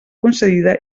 concedida